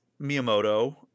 Miyamoto